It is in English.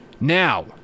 Now